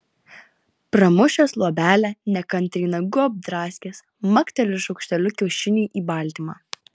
pramušęs luobelę nekantriai nagu apdraskęs makteli šaukšteliu kiaušiniui į baltymą